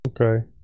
Okay